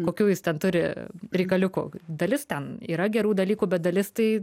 kokių jis turi reikaliukų dalis ten yra gerų dalykų bet dalis tai